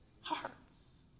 hearts